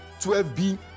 12b